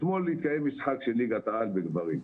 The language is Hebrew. אתמול התקיים משחק של ליגת העל בגברים.